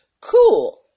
Cool